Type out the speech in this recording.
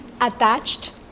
attached